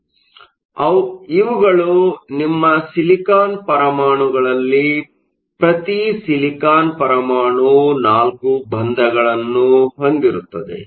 ಆದ್ದರಿಂದ ಇವುಗಳು ನಿಮ್ಮ ಸಿಲಿಕಾನ್ ಪರಮಾಣುಗಳಲ್ಲಿ ಪ್ರತಿ ಸಿಲಿಕಾನ್ ಪರಮಾಣು ನಾಲ್ಕು ಬಂಧಗಳನ್ನು ಹೊಂದಿರುತ್ತದೆ